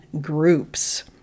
groups